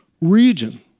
region